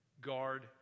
Guard